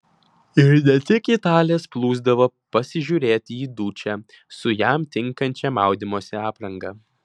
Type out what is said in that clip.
ir ne tik italės plūsdavo pasižiūrėti į dučę su jam tinkančia maudymosi apranga